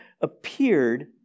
appeared